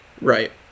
Right